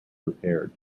repaired